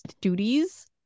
duties